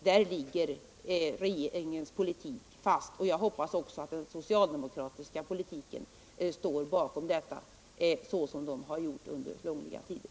Regeringens utrikespolitik ligger fast, och jag hoppas att också socialdemokraterna står bakom denna politik såsom de har gjort under långliga tider.